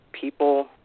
people